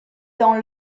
dans